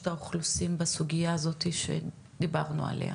האוכלוסין בסוגיה הזאתי שדיברנו עליה.